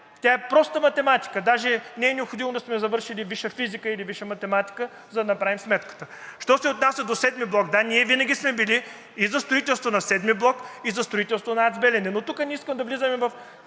Тя е проста математика! Даже не е необходимо да сме завършили висша физика или висша математика, за да направим сметката. Що се отнася до VII блок – да, ние винаги сме били и за строителство на VІІ блок, и за строителство на АЕЦ „Белене“, но тук не искам да влизаме в